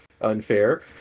unfair